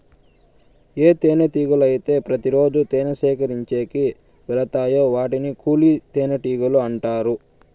ఏ తేనెటీగలు అయితే ప్రతి రోజు తేనె సేకరించేకి వెలతాయో వాటిని కూలి తేనెటీగలు అంటారు